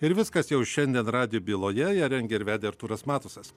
ir viskas jau šiandien radijo byloje ją rengė ir vedė artūras matusas